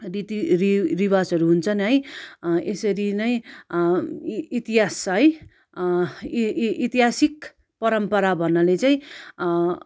रीति रि रिवाजहरू हुन्छन् है यसरी नै इतिहास है इ इ ऐतिहासिक परम्परा भन्नाले चाहिँ